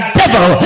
devil